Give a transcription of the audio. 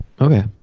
Okay